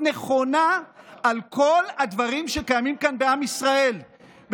נכונה על כל הדברים שקיימים כאן בעם ישראל.